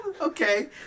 Okay